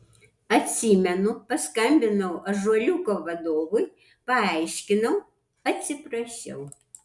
atsimenu paskambinau ąžuoliuko vadovui paaiškinau atsiprašiau